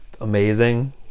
amazing